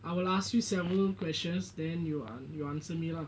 I will ask you several questions then you answer me lah